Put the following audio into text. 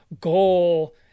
goal